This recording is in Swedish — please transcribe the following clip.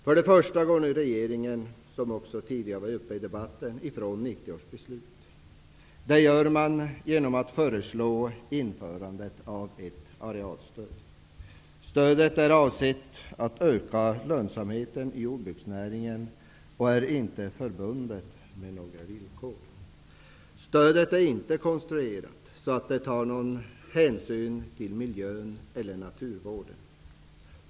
För det första går regeringen, som också tidigare var uppe i debatten, ifrån 1990 års beslut. Det gör man genom att föreslå införande av ett arealstöd. Stödet är avsett att öka lönsamheten i jordbruksnäringen, men är inte förbundet med några villkor. Det är inte konstruerat så att någon hänsyn tas till miljön eller naturvården.